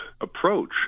approach